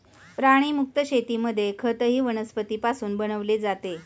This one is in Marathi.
प्राणीमुक्त शेतीमध्ये खतही वनस्पतींपासून बनवले जाते